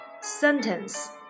sentence